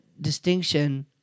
distinction